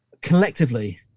collectively